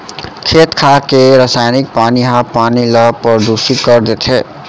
खेत खार के रसइनिक पानी ह पानी ल परदूसित कर देथे